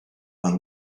yng